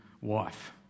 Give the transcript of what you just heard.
wife